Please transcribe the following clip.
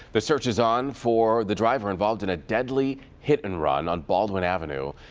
the search is on for the driver involved in a deadly hit-and-run on baldwin avenue.